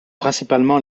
principalement